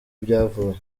byavuye